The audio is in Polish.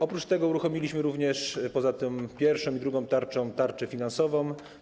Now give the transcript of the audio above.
Oprócz tego uruchomiliśmy również poza tą pierwszą i drugą tarczą tarczę finansową.